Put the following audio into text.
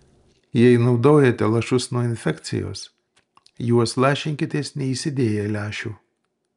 jei naudojate lašus nuo infekcijos juos lašinkitės neįsidėję lęšių